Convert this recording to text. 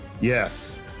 Yes